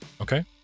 Okay